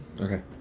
Okay